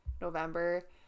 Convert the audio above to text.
november